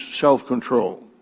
self-control